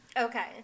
Okay